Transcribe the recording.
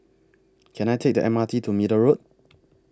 Can I Take The M R T to Middle Road